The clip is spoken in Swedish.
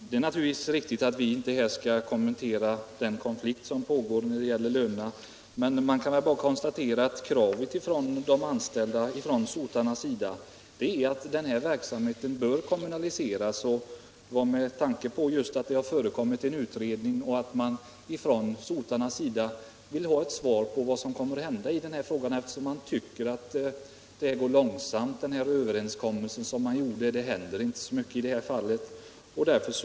Det är naturligtvis riktigt att vi här inte bör kommentera den konflikt som råder när det gäller lönerna, men man kan väl bara konstatera att kravet från sotarnas sida att verksamheten bör kommunaliseras har rests med tanke just på att det har förekommit en utredning och att man från sotarnas sida vill ha ett besked om vad som kommer att hända i denna fråga, eftersom de tycker att det går långsamt med den här överenskommelsen som har träffats mellan Kommunförbundet och Sveriges skorstensfejaremästares riksförbund.